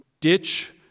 ditch